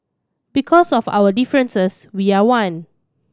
because of our differences we are one